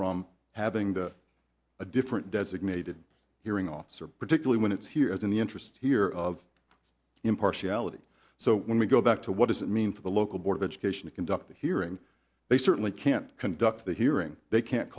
from having the a different designated hearing officer particularly when it's here as in the interest here of impartiality so when we go back to what does it mean for the local board of education to conduct the hearing they certainly can't conduct the hearing they can't